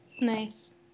Nice